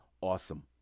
Awesome